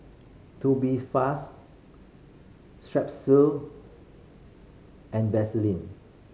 Tubifast Strepsils and Vaselin